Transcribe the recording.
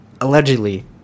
Allegedly